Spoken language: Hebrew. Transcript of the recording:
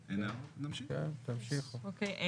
אוקיי.